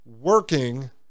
working